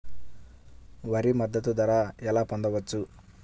వరి మద్దతు ధర ఎలా పొందవచ్చు?